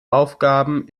aufgaben